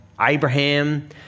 Abraham